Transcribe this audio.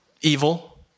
evil